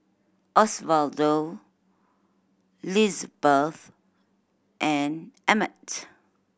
Osvaldo Lizbeth and Emmett